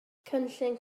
cynllun